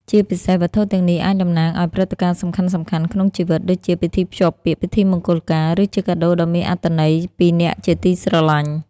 ជាពិសេស វត្ថុទាំងនេះអាចតំណាងឲ្យ ព្រឹត្តិការណ៍សំខាន់ៗ ក្នុងជីវិត ដូចជាពិធីភ្ជាប់ពាក្យ ពិធីមង្គលការ ឬជាកាដូដ៏មានអត្ថន័យពីអ្នកជាទីស្រឡាញ់។